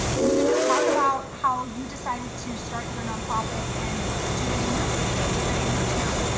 and you can just talk about how you decided to start your nonprofit and do it in your city, or do it in your town.